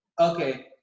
Okay